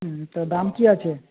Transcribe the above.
হুম তো দাম কী আছে